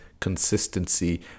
consistency